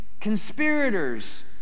conspirators